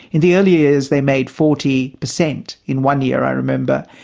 in the early years they made forty percent in one year, i remember.